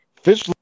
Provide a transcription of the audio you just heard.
Fish